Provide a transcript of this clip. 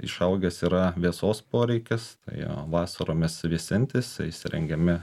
išaugęs yra vėsos poreikis tai vasaromis vėsintis įsirengiami